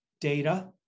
data